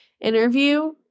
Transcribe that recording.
interview